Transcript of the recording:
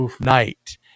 night